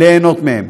ליהנות מהם.